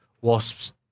Wasps